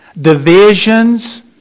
divisions